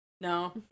No